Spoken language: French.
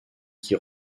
qui